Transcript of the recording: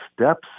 steps